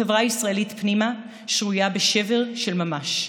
החברה הישראלית פנימה שרויה בשבר של ממש.